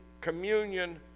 communion